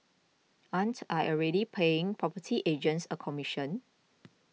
aren't I already paying property agents a commission